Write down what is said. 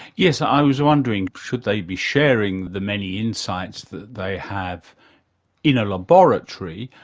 yes, i was wondering, should they be sharing the many insights that they have in a laboratory,